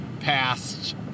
past